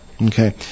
Okay